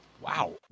wow